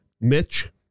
Mitch